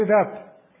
up